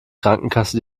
krankenkasse